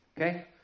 Okay